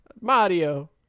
Mario